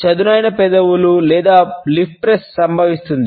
చదునైన పెదవులు వీటిని లిప్ ప్రెస్ సంభవిస్తుంది